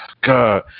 God